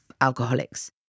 alcoholics